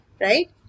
right